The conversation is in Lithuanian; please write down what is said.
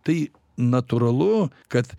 tai natūralu kad